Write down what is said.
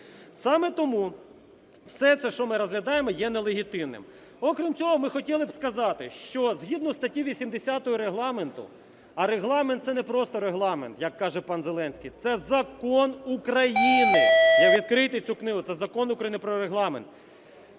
Саме тому все це, що ми розглядаємо, є нелегітимним. Окрім цього, ми хотіли б сказати, що згідно статті 80 Регламенту, а Регламент, це не просто Регламент, як каже пан Зеленський, - це закон України, відкрийте цю книгу, це Закон України про Регламент.